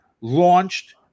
launched